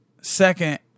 Second